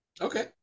Okay